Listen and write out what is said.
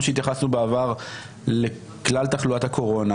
שהתייחסנו בעבר לכלל תחלואת הקורונה.